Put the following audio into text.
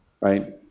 Right